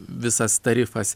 visas tarifas